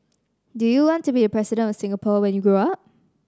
do you want to be the President of Singapore when you grow up